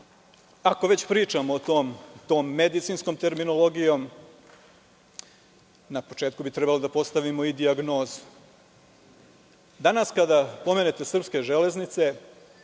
Ako već pričamo tom medicinskom terminologijom, na početku bi trebali da postavimo i dijagnozu. Danas kada pomenete srpske železnice